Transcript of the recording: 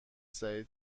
سریع